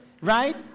right